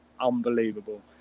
unbelievable